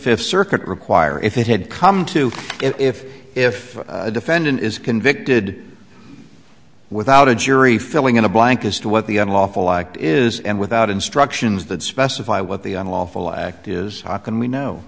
fifth circuit require if it had come to if if a defendant is convicted without a jury filling in a blank as to what the unlawful act is and without instructions that specify what the unlawful act is can we know